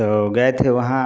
तो गए थे वहाँ